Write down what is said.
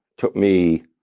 too me